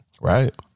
Right